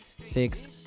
Six